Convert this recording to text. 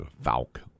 Falk